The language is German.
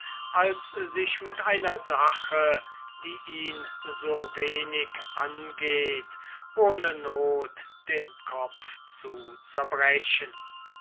als sich mit einer sache die ihn so wenig angeht ohne not den kopf zu zerbrechen